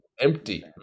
Empty